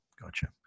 Gotcha